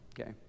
okay